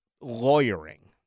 lawyering